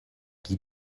die